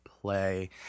play